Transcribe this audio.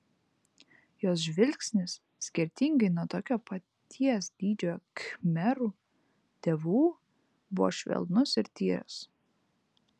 jos žvilgsnis skirtingai nuo tokio paties dydžio khmerų dievų buvo švelnus ir tyras